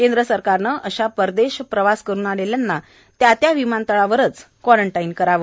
केंद्र सरकारनं अशा परदेश प्रवास करून आलेल्यांना त्या त्या विमानतळांवरून क्वारंटाईन करावं